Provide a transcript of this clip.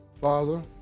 Father